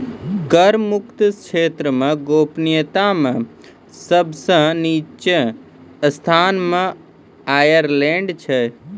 कर मुक्त क्षेत्र मे गोपनीयता मे सब सं निच्चो स्थान मे आयरलैंड छै